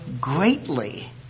greatly